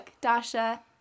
Dasha